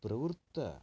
प्रवृत्त